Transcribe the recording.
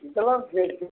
இதெல்லாம் பேசி